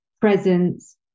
presence